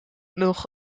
nog